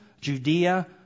Judea